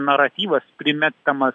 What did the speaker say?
naratyvas primetamas